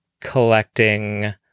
collecting